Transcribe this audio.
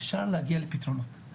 צריך לבדוק את הנושא,